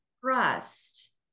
trust